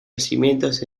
yacimientos